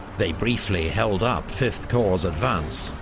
they briefly held up v corps' advance,